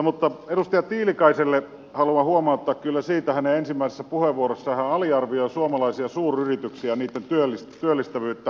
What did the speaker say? mutta edustaja tiilikaiselle haluan huomauttaa kyllä siitä kun hän ensimmäisessä puheenvuorossaan aliarvioi suomalaisia suuryrityksiä ja niitten työllistävyyttä